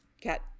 Cat